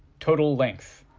total length.